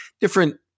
different